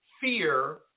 fear